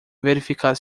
verificar